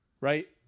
right